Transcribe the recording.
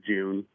June